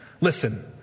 Listen